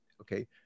okay